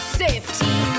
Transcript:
safety